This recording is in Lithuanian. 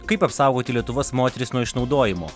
kaip apsaugoti lietuvos moteris nuo išnaudojimo